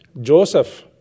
Joseph